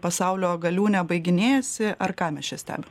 pasaulio galiūne baiginėjasi ar ką mes čia stebi